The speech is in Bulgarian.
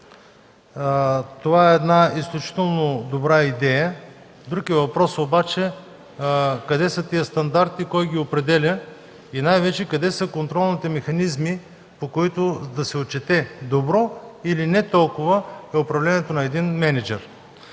Това е изключително добра идея. Друг е въпросът обаче къде са тези стандарти, кой ги определя и най-вече – къде са контролните механизми, по които да се отчете добро или не толкова добро е управлението на един мениджър?